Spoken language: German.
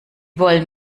wollen